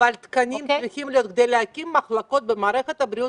אבל תקנים צריכים להיות כדי להקים מחלקות במערכת הבריאות,